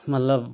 मतलब